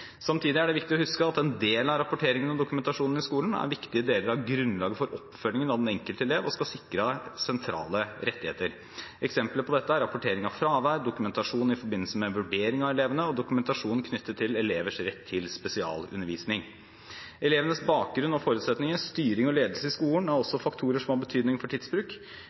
Samtidig er det viktig å huske at en del av rapporteringen og dokumentasjonen i skolen er viktige deler av grunnlaget for oppfølgingen av den enkelte elev, og at dette skal sikre sentrale rettigheter. Eksempler på dette er rapportering av fravær, dokumentasjon i forbindelse med vurdering av elevene og dokumentasjon knyttet til elevers rett til spesialundervisning. Elevenes bakgrunn og forutsetninger og styring og ledelse i skolen er også faktorer som har betydning for tidsbruk.